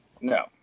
No